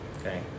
Okay